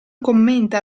commenta